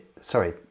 sorry